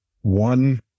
one